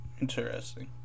Interesting